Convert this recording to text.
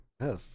Yes